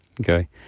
Okay